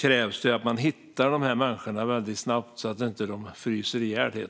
krävs det att man hittar dessa människor väldigt snabbt så att de helt enkelt inte fryser ihjäl.